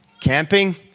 camping